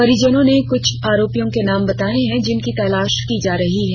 परिजनों ने कृछ आरोपियों के नाम बताए हैं जिनकी तलाश की जा रही है